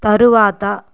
తరువాత